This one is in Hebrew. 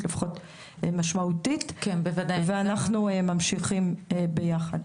לפחות משמעותית ואנחנו ממשיכים ביחד.